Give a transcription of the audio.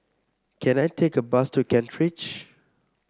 can I take a bus to Kent Ridge